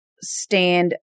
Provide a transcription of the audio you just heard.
stand